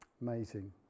Amazing